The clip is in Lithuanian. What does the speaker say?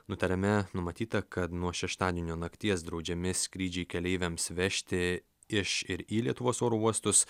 nutarime numatyta kad nuo šeštadienio nakties draudžiami skrydžiai keleiviams vežti iš ir į lietuvos oro uostus